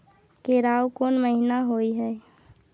केराव कोन महीना होय हय?